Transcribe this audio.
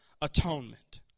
atonement